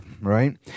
right